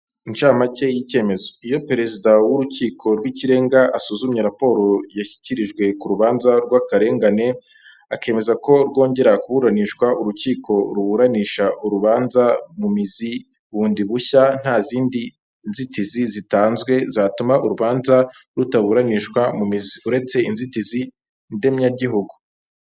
Inshamake y'icyemezo. Iyo perezida w'Urukiko rw Ikirenga asuzumye raporo yashyikirijwe ku urubanza rw'akarengane, akemeza ko rwongera kuburanishwa urukiko ruburanisha urubanza mu mizi bundi bushya, nta zindi nzitizi zitanzwe zatuma urubanza rutaburanishwa mu mizi, uretse inzitizi ndemyagihugu.